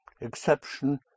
exception